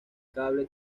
cable